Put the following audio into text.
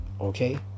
Okay